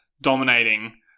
dominating